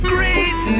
Great